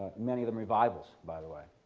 many of them revivals, by the way.